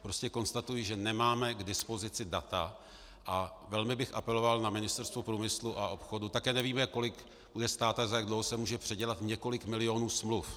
Prostě konstatuji, že nemáme k dispozici data, a velmi bych apeloval na Ministerstvo průmyslu a obchodu také nevíme, kolik bude stát a za jak dlouho se může předělat několik milionů smluv.